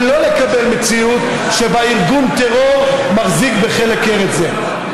ולא לקבל מציאות שבה ארגון טרור מחזיק בחלק ארץ זה.